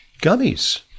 gummies